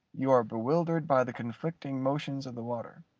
you are bewildered by the conflicting motions of the water.